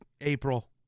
April